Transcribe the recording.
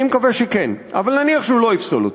אני מקווה שכן, אבל נניח שהוא לא יפסול אותו.